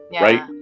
right